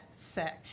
sick